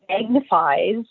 magnifies